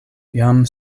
jam